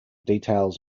details